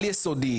על יסודי,